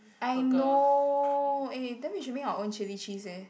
I know eh then we should make our own chilli cheese eh